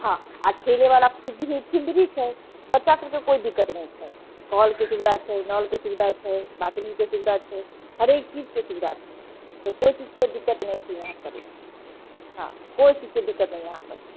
हँ आ खेलेबाला फिल्ड फिल्ड भी छै बच्चा सबके कोइ दिक्कत नहि छै कलके सुविधा छै नलके सुविधा छै बाथरूमके सुविधा छै हरेक चीजके सुविधा छै कोइ चीजके दिक्कत नहि छै इहाँ परी हँ कोइ चीजके दिक्कत नहि यहाँ पर